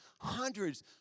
hundreds